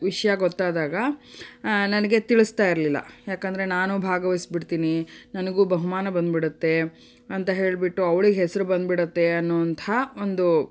ವಿಷಯ ಗೊತ್ತಾದಾಗ ನನಗೆ ತಿಳಿಸ್ತಾ ಇರಲಿಲ್ಲ ಯಾಕಂದರೆ ನಾನೂ ಭಾಗವಹಿಸ್ಬಿಡ್ತೀನಿ ನನಗೂ ಬಹುಮಾನ ಬಂದುಬಿಡತ್ತೆ ಅಂತ ಹೇಳಿಬಿಟ್ಟು ಅವ್ಳಿಗೆ ಹೆಸರು ಬಂದುಬಿಡತ್ತೆ ಅನ್ನುವಂತಹ ಒಂದು